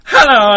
Hello